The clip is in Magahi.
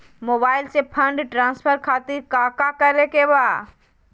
मोबाइल से फंड ट्रांसफर खातिर काका करे के बा?